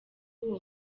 uwo